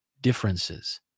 differences